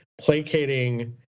placating